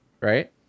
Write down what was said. right